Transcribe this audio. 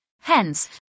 hence